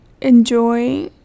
enjoy